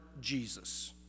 Jesus